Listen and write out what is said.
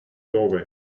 doorway